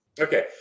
Okay